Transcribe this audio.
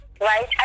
right